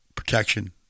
Protection